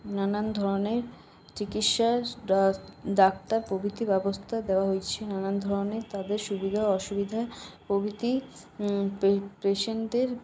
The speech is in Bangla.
নানানধরনের চিকিৎসার ডাক্তার প্রভৃতি ব্যবস্থা দেওয়া হয়েছে নানান ধরণের তাদের সুবিধা অসুবিধা প্রভৃতি পেশেন্টদের